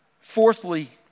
Fourthly